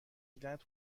دیدنت